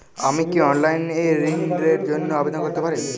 আমি কি অনলাইন এ ঋণ র জন্য আবেদন করতে পারি?